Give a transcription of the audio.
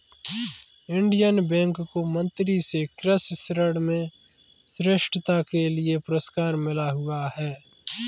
Indian bank को मंत्री से कृषि ऋण में श्रेष्ठता के लिए पुरस्कार मिला हुआ हैं